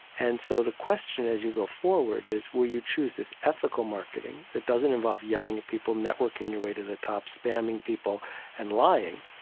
and so the question as you go forward is will you chose this ethical marketing that doesn't involve yelling at people, networking your way to the top, spamming people and lying?